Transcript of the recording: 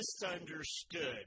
misunderstood